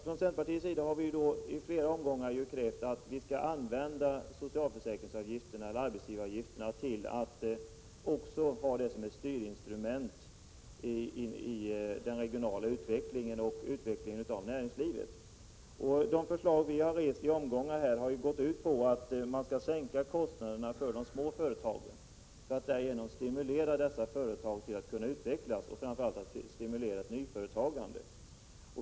Från centerpartiets sida har vi iflera omgångar krävt att man skall använda arbetsgivaravgifterna också som ett styrinstrument i den regionala utvecklingen och utvecklingen av näringslivet. De förslag som vi fört fram har gått ut på att man skall sänka kostnaderna för de små företagen, så att man därigenom stimulerar dem att utvecklas och framför allt så att man stimulerar ett nyföretagande.